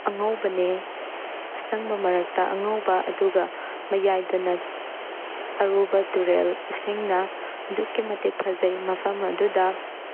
ꯑꯉꯧꯕꯅꯦ ꯑꯁꯪꯕ ꯃꯔꯛꯇ ꯑꯉꯧꯕ ꯑꯗꯨꯒ ꯃꯌꯥꯏꯗꯅ ꯑꯔꯨꯕ ꯔꯨꯇꯦꯜ ꯏꯁꯦꯡꯅ ꯑꯗꯨꯛꯀꯤ ꯃꯇꯤꯛ ꯐꯖꯩ ꯃꯐꯝ ꯑꯗꯨꯗ